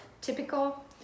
typical